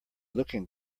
looking